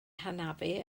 hanafu